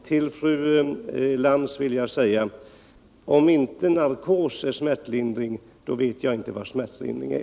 Till fru Lantz vill jag säga: Om inte narkos skall räknas som smärtlindring, då vet jag inte vad smärtlindring är.